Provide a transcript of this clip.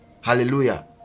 Hallelujah